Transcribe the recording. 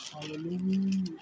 Hallelujah